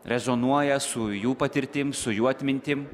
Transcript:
rezonuoja su jų patirtim su juo atmintim